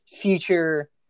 future